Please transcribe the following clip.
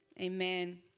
Amen